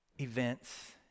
events